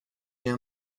him